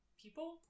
people